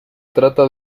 trata